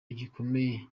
gikomeye